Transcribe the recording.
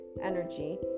energy